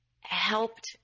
helped